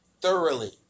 Thoroughly